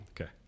Okay